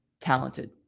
talented